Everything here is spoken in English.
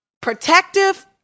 protective